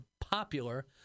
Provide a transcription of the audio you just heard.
popular